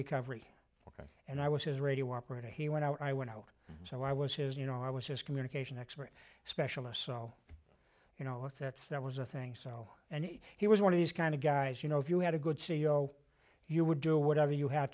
recovery ok and i was his radio operator he went out i went out so i was his you know i was his communication expert specialist so you know if that's that was a thing so and he was one of these kind of guys you know if you had a good c e o you would do whatever you have